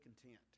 content